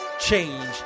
change